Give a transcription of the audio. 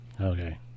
Okay